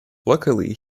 luckily